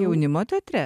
jaunimo teatre